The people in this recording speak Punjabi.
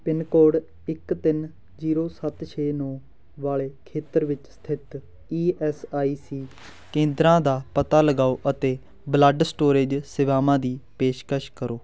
ਪਿੰਨ ਕੋਡ ਇੱਕ ਤਿੰਨ ਜ਼ੀਰੋ ਸੱਤ ਛੇ ਨੌਂ ਵਾਲੇ ਖੇਤਰ ਵਿੱਚ ਸਥਿਤ ਈ ਐੱਸ ਆਈ ਸੀ ਕੇਂਦਰਾਂ ਦਾ ਪਤਾ ਲਗਾਓ ਅਤੇ ਬਲੱਡ ਸਟੋਰੇਜ ਸੇਵਾਵਾਂ ਦੀ ਪੇਸ਼ਕਸ਼ ਕਰੋ